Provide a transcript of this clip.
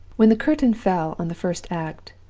when the curtain fell on the first act,